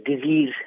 disease